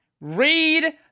read